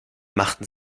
machten